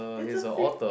it's a fake